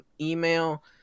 email